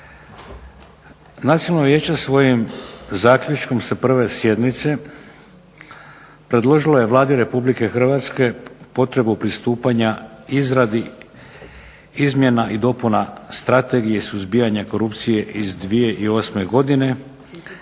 Nacionalno vijeće svojim zaključkom sa prve sjednice predložilo je Vladi Republike Hrvatske potrebu pristupanja izradi Izmjena i dopuna Strategije suzbijanja korupcije iz 2008. godine